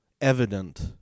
evident